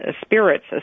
spirits